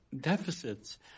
deficits